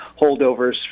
holdovers